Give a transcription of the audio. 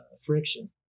friction